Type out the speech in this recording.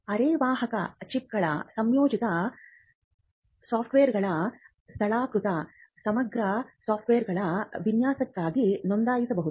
ಅರೆವಾಹಕ ಚಿಪ್ಗಳ ಸಂಯೋಜಿತ ಸರ್ಕ್ಯೂಟ್ಗಳ ಸ್ಥಳಾಕೃತಿ ಸಮಗ್ರ ಸರ್ಕ್ಯೂಟ್ಗಳ ವಿನ್ಯಾಸಕ್ಕಾಗಿ ನೋಂದಾಯಿಸಬಹುದು